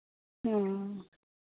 हाँ